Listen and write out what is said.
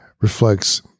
reflects